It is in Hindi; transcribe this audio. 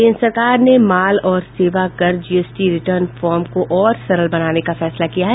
केन्द्र सरकार ने माल और सेवा कर जीएसटी रिटर्न फार्म को और सरल बनाने का फैसला किया है